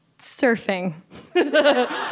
Surfing